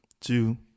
two